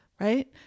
right